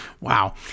Wow